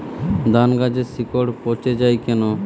ধানগাছের শিকড় পচে য়ায় কেন?